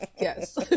yes